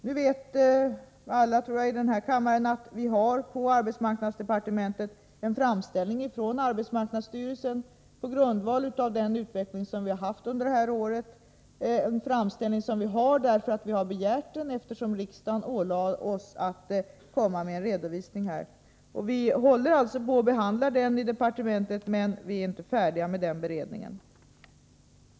Nu vet väl alla i den här kammaren att vi på arbetsmarknadsdepartementet har en framställning från arbetsmarknadsstyrelsen på grundval av den utveckling som vi har haft under detta år. Denna framställning har vi fått, eftersom vi begärt den till följd av att riksdagen ålade oss att komma med en redovisning för detta område. Vi håller alltså på att behandla den i departementet, men vi är inte färdiga med den beredningen.